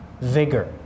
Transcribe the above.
vigor